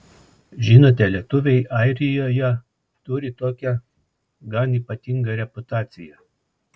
žinote lietuviai airijoje turi tokią gan ypatingą reputaciją